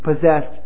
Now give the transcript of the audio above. possessed